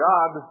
God